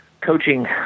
coaching